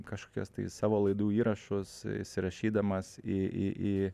kažkokias tai savo laidų įrašus įsirašydamas į į į